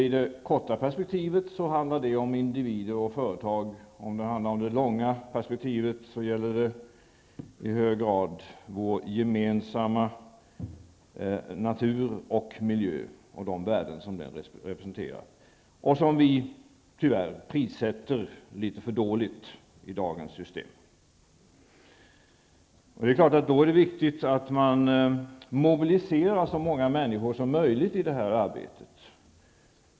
I det korta perspektivet handlar det om individer och företag. I det långa perspektivet gäller det i hög grad de värden som vår gemensamma natur och miljö representerar och som vi tyvärr prissätter litet för dåligt i dagens system. Det är viktigt att man mobiliserar så många människor som möjligt i detta arbete.